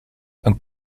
een